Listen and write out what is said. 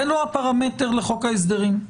זה לא הפרמטר לחוק ההסדרים.